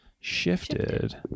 shifted